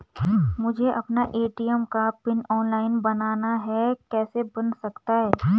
मुझे अपना ए.टी.एम का पिन ऑनलाइन बनाना है कैसे बन सकता है?